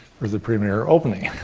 for the premier opening.